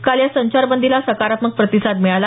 काल या संचारबंदीला सकारात्मक प्रतिसाद मिळाला